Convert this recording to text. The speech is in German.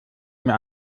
mir